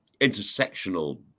intersectional